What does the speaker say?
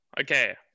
okay